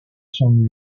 son